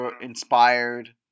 inspired